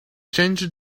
ginger